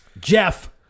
Jeff